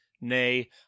nay